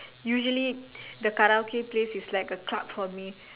usually the Karaoke place is like a club for me